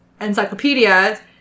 encyclopedia